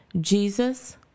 Jesus